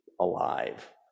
alive